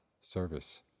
service